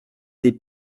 des